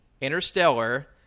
Interstellar